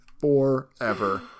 forever